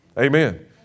Amen